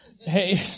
hey